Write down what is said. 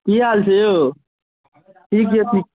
की हाल छै यौ ठीक छै